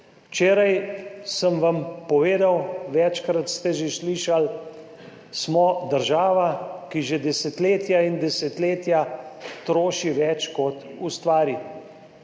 Včeraj sem vam povedal, večkrat ste že slišali, smo država, ki že desetletja in desetletja troši več kot ustvari.